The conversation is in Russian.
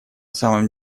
самом